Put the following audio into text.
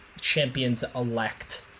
champions-elect